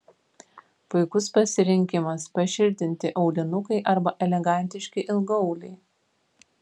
puikus pasirinkimas pašiltinti aulinukai arba elegantiški ilgaauliai